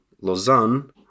Lausanne